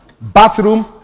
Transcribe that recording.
bathroom